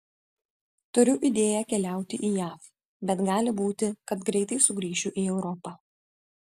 turiu idėją keliauti į jav bet gali būti kad greitai sugrįšiu į europą